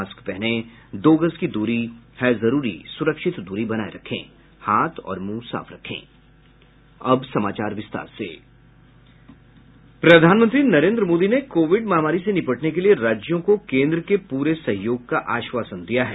mask पहनें दो गज दूरी है जरूरी स्रक्षित दूरी बनाये रखें हाथ और मुंह साफ रखें प्रधानमंत्री नरेन्द्र मोदी ने कोविड महामारी से निपटने के लिए राज्यों को केंद्र के पूरे सहयोग का आश्वासन दिया है